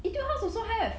Etude House also have